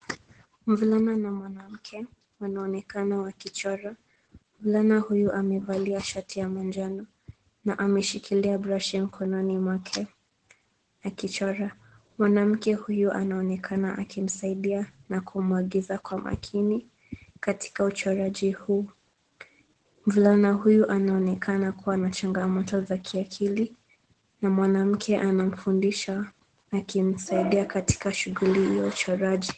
Mvulana na mwanamke wanaonekana wakichora. Mvulana huyo amevalia shati ya manjano na ameshikilia brushi mkononi mwake akichora. Mwanamke huyu anaonekana akimsaidia na kumwagiza kwa umakini katika uchoraji huu. Mvulana huyu anaonekana kuwa na changamoto za kiakili na mwanamke anamfundisha akimsaidia katika shughuli ya uchoraji.